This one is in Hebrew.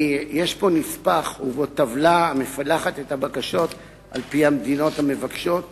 יש פה נספח ובו טבלה המפלחת את הבקשות על-פי המדינות המבקשות.